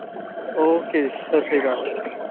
okay ਜੀ ਸਤਿ ਸ਼੍ਰੀ ਅਕਾਲ